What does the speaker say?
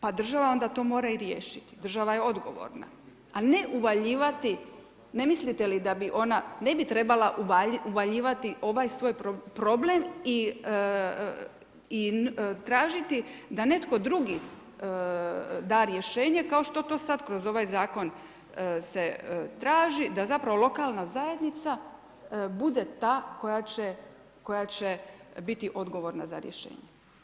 Pa država onda to mora i riješiti, država je odgovorna, a ne uvaljivati ne mislite li da bi ona ne bi trebala uvaljivati ovaj svoj problem i tražiti da netko drugi da rješenje kao što to sada kroz ovaj zakon traži da lokalna zajednica bude ta koja će biti odgovorna za rješenje.